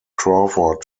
crawford